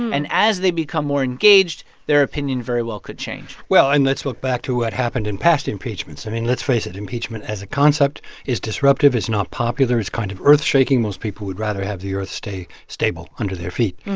and as they become more engaged, their opinion very well could change well, and let's look back to what happened in past impeachments. i mean, let's face it impeachment as a concept is disruptive. it's not popular. it's kind of earthshaking. most people would rather have the earth stay stable under their feet.